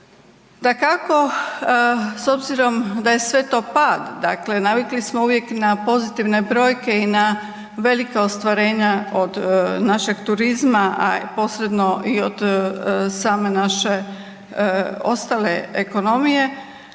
Dakako, s obzirom da je sve to pad, dakle, navikli smo uvijek na pozitivne brojke i na velika ostvarenja od našeg turizma, a posredno i od same naše ostale ekonomije,